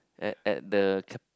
at at the